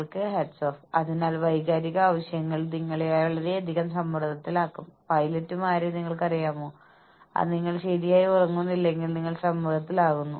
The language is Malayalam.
കോൾ ഓഫ് ഡ്യൂട്ടിക്ക് മുകളിലും അപ്പുറത്തും പ്രകടനം നടത്തുന്ന ആളുകളെ നിങ്ങൾക്ക് എത്രത്തോളം പ്രോത്സാഹിപ്പിക്കാനാകും എന്നതിന് നിങ്ങൾ എത്രത്തോളം പ്ലാൻ ചെയ്യുന്നു